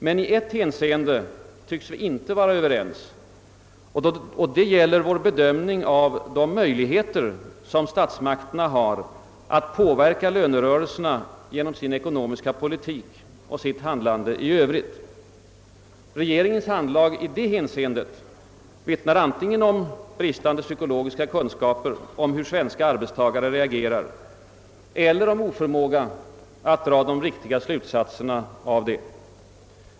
Men i ett hänseende tycks vi inte vara överens, och det gäller vår bedömning av de möjligheter som stats makterna har att påverka lönerörelserna genom sin ekonomiska politik och sitt handlande i övrigt. Regeringens handlag i det avseendet vittnar antingen om bristande psykologiska kunskaper om hur svenska arbetstagare reagerar eller om oförmåga att dra de riktiga slutsatserna härav.